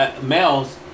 males